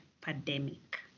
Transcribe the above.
pandemic